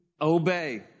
Obey